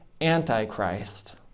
Antichrist